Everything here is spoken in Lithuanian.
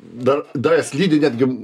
dar jas lydi netgi